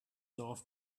dorf